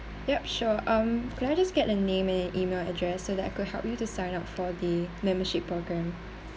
yup sure um could I just get a name and email address so that I could help you to sign up for the membership program